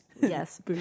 Yes